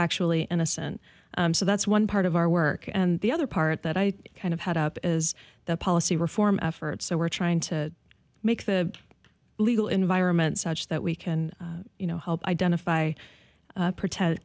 factually innocent so that's one part of our work and the other part that i kind of head up is the policy reform efforts so we're trying to make the legal environment such that we can you know help identify prote